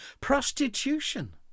prostitution –